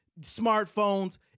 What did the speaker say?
smartphones